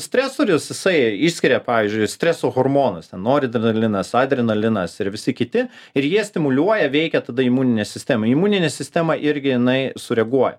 stresorius jisai išskiria pavyzdžiui streso hormonus ten noradrenalinas adrenalinas ir visi kiti ir jie stimuliuoja veikia tada imuninę sistemą imuninė sistema irgi jinai sureaguoja